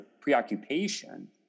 preoccupation